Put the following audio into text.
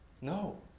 No